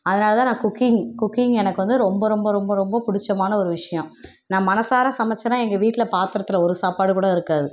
அதனால் தான் நான் குக்கிங் குக்கிங் எனக்கு வந்து ரொம்ப ரொம்ப ரொம்ப ரொம்ப பிடிச்சமான ஒரு விஷயம் நான் மனதார சமைச்சேனா எங்கள் வீட்டில் பாத்தரத்தில் ஒரு சாப்பாடுகூட இருக்காது